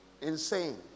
insane